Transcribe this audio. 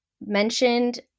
mentioned